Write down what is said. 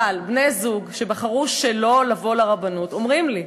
בני-זוג שבחרו שלא לבוא לרבנות אומרים לי,